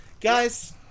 Guys